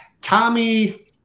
Tommy